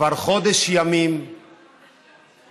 שכבר חודש ימים מפגיזים.